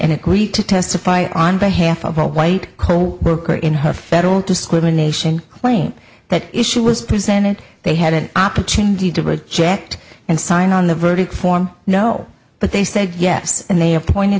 and agreed to testify on behalf of all white coworker in her federal discrimination claim that issue was presented they had an opportunity to project and sign on the verdict form no but they said yes and they appointed